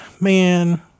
man